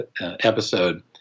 episode